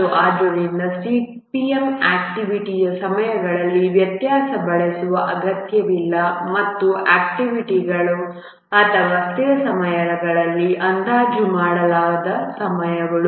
ಮತ್ತು ಆದ್ದರಿಂದ CPM ಆಕ್ಟಿವಿಟಿಯ ಸಮಯಗಳಲ್ಲಿ ವ್ಯತ್ಯಾಸವನ್ನು ಬಳಸುವ ಅಗತ್ಯವಿಲ್ಲ ಮತ್ತು ಆಕ್ಟಿವಿಟಿಗಳು ಅಥವಾ ಸ್ಥಿರ ಸಮಯಗಳಿಗೆ ಅಂದಾಜು ಮಾಡಲಾದ ಸಮಯಗಳು